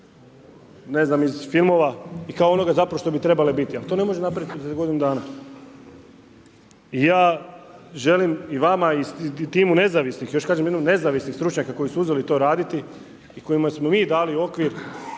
ne znam iz filmova i kao onoga zapravo što bi trebale biti, ali to ne može napraviti ni za godinu dana. I ja želim i vama i timu nezavisnih stručnjaka, koji su uzeli to raditi i kojima smo mi dali okvir,